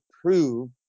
prove